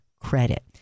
credit